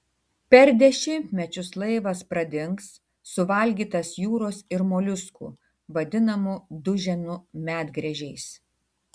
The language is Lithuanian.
per dešimtmečius laivas pradings suvalgytas jūros ir moliuskų vadinamų duženų medgręžiais